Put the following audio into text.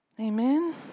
Amen